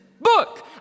book